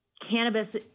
cannabis